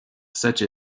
such